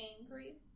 angry